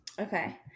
Okay